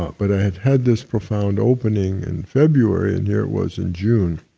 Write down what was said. but i have had this profound opening in february, and here, it was in june